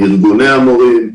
ארגוני המורים.